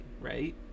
right